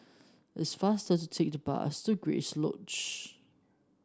it's faster to take the bus to Grace Lodge